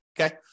okay